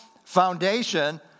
foundation